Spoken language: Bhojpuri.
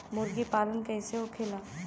मुर्गी पालन कैसे होखेला?